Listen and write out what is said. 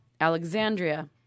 Alexandria